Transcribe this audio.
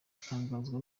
atangazwa